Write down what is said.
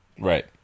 Right